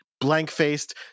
blank-faced